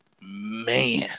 man